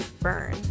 burn